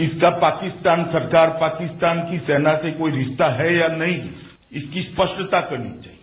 इसका पाकिस्तान सरकार पाकिस्तान की सेना से कोई रिश्ता है या नहीं इसकी स्पष्टता करनी चाहिए